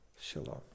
shalom